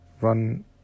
run